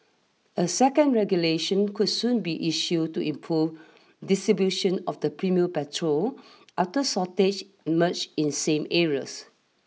a second regulation could soon be issued to improve distribution of the premium petrol after shortage emerge in same areas